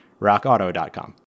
rockauto.com